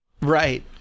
Right